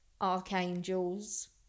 archangels